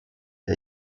der